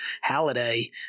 Halliday